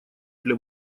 для